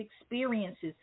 experiences